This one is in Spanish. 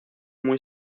muy